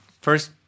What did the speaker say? first